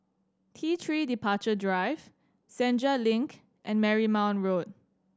T Three Departure Drive Senja Link and Marymount Road